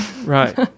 Right